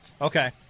Okay